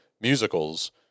musicals